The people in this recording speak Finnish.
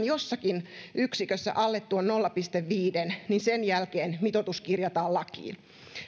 jossakin yksikössä alle tuon nolla pilkku viiden niin sen jälkeen mitoitus kirjataan lakiin